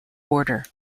order